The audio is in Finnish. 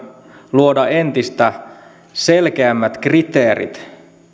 luoda entistä selkeämmät kriteerit